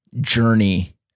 journey